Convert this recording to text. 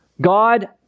God